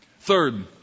Third